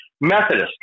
Methodist